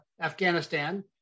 Afghanistan